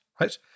right